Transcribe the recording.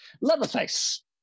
Leatherface